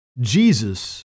Jesus